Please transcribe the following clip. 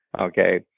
okay